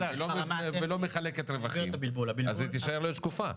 ולא מחלקת רווחים אז היא תישאר להיות שקופה.